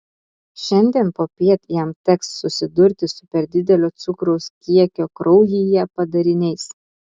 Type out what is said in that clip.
šiandien popiet jam teks susidurti su per didelio cukraus kiekio kraujyje padariniais